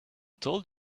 told